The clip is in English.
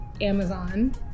Amazon